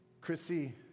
Chrissy